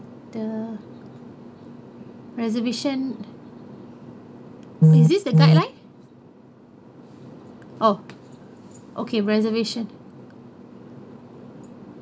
the reservation is this the guideline oh okay reservation